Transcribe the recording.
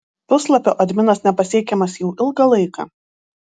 puslapio adminas nepasiekiamas jau ilgą laiką